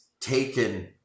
taken